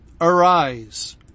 arise